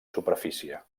superfície